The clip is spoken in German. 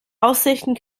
aussichten